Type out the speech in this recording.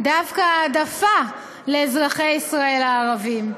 דווקא העדפה לאזרחי ישראל הערבים,